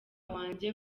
wanjye